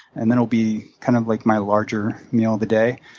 and that'll be kind of like my larger meal of the day.